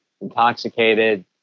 intoxicated